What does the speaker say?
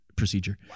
procedure